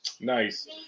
Nice